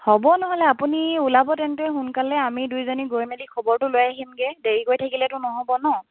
হ'ব নহ'লে আপুনি ওলাব তেন্তে সোনকালে আমি দুইজনী গৈ মেলি খবৰটো লৈ আহিমগে দেৰি গৈ থাকিলেতো নহ'ব ন